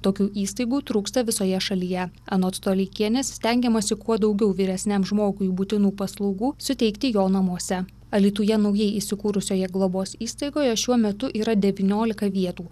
tokių įstaigų trūksta visoje šalyje anot toleikienės stengiamasi kuo daugiau vyresniam žmogui būtinų paslaugų suteikti jo namuose alytuje naujai įsikūrusioje globos įstaigoje šiuo metu yra devyniolika vietų